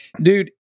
dude